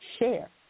share